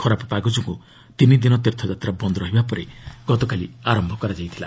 ଖରାପ ପାଗ ଯୋଗୁଁ ତିନି ଦିନ ତୀର୍ଥଯାତ୍ରା ବନ୍ଦ୍ ରହିବା ପରେ ଗତକାଲି ଆରମ୍ଭ ହୋଇଥିଲା